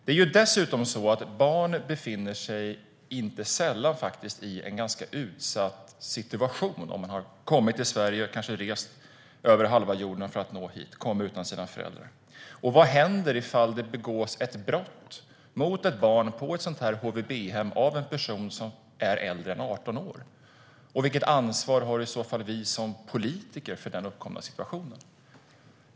Det är dessutom så att ett barn som kommer till Sverige efter att kanske ha rest över halva jorden utan sina föräldrar för att nå hit inte sällan befinner sig i en ganska utsatt situation. Vad händer om det begås ett brott mot ett barn på ett sådant här HVB-hem av en person som är äldre än 18 år? Vilket ansvar har i så fall vi som politiker för den uppkomna situationen?